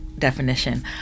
definition